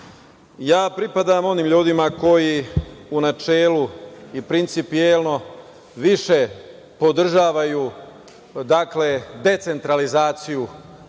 Ja pripadam onim ljudima koji u načelu i principijelno više podržavaju decentralizaciju